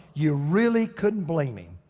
you really couldn't blame him.